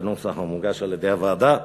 בנוסח המוגש על-ידי הוועדה.